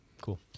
cool